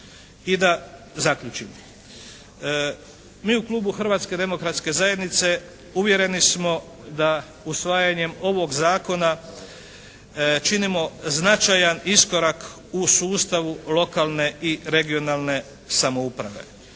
I da zaključim. Mi u klubu Hrvatske demokratske zajednice uvjereni smo da usvajanjem ovog zakona činimo značajan iskorak u sustavu lokalne i regionalne samouprave.